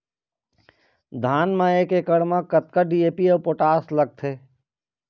धान म एक एकड़ म कतका डी.ए.पी अऊ पोटास लगथे?